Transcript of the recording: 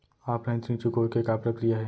Offline ऋण चुकोय के का प्रक्रिया हे?